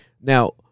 Now